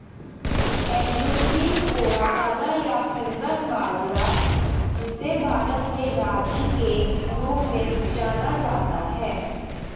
Eleusine coracana, या finger बाजरा, जिसे भारत में रागी के रूप में जाना जाता है